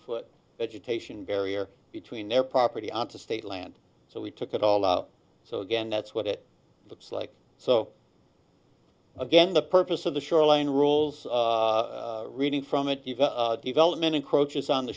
foot education barrier between their property and to state land so we took it all out so again that's what it looks like so again the purpose of the shoreline rules reading from it even development encroaches on the